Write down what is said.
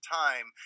time